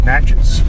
Matches